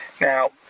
Now